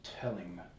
telling